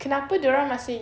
kenapa dorang masih